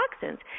toxins